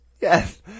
Yes